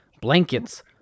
blankets